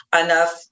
enough